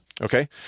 Okay